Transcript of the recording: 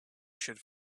should